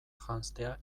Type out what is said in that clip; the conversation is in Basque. janztea